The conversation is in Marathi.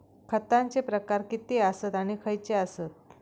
खतांचे प्रकार किती आसत आणि खैचे आसत?